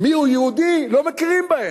מיהו יהודי, לא מכירים בהם.